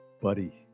buddy